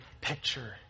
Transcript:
picture